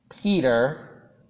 Peter